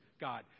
God